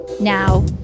Now